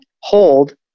Hold